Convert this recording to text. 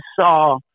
saw